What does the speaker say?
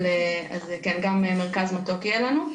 אז כן, גם מרכז מתוק יהיה לנו.